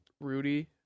Rudy